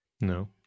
No